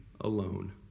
alone